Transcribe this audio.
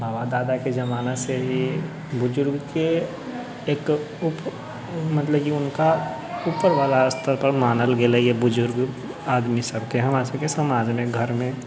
बाबा दादाके जमानासँ ही बुजुर्गके एक उप मतलब कि हुनका उपरवला स्तरपर मानल गेलैए बुजुर्ग आदमी सबके हमर सबके समाजमे घरमे